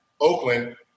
Oakland